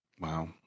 Wow